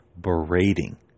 berating